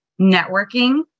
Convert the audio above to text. networking